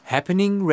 Happening